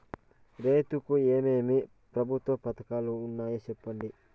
రైతుకు ఏమేమి ప్రభుత్వ పథకాలు ఉన్నాయో సెప్పండి?